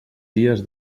dies